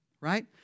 right